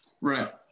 Right